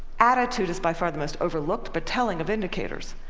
attitude is by far the most overlooked but telling of indicators.